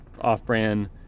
off-brand